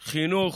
חינוך,